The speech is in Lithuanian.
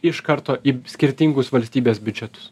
iš karto į skirtingus valstybės biudžetus